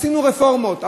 עשינו רפורמות.